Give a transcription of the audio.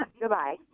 Goodbye